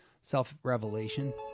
self-revelation